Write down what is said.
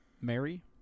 Mary